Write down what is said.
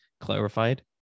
clarified